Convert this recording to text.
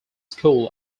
school